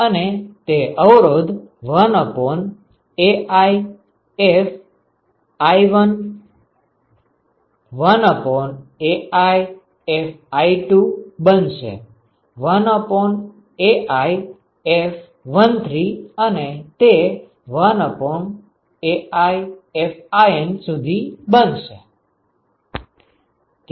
અને તે અવરોધ 1AiFi1 1AiFi2 બનશે 1AiFi3 અને તે 1AiFiN સુધી બનશે બરાબર